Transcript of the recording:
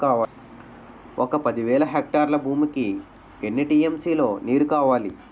ఒక పది వేల హెక్టార్ల భూమికి ఎన్ని టీ.ఎం.సీ లో నీరు కావాలి?